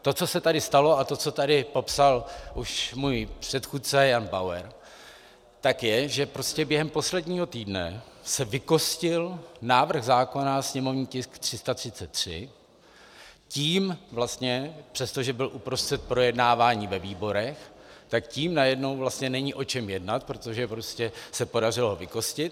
To, co se tady stalo, a to, co tady popsal už můj předchůdce Jan Bauer, tak je, že prostě během posledního týdne se vykostil návrh zákona, sněmovní tisk 333, tím vlastně, přestože byl uprostřed projednávání ve výborech, tak tím najednou vlastně není o čem jednat, protože prostě se podařilo vykostit.